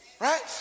right